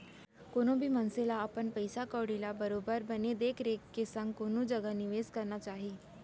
कोनो भी मनसे ल अपन पइसा कउड़ी ल बरोबर बने देख रेख के संग कोनो जघा निवेस करना चाही